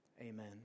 Amen